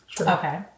Okay